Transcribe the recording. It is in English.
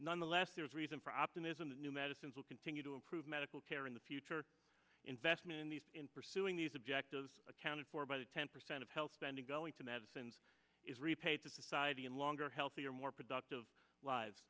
nonetheless there is reason for optimism that new medicines will continue to improve medical care in the future investment in these in pursuing these objectives accounted for by the ten percent of health spending going to medicines is repaid to society and longer healthier more productive lives